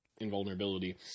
invulnerability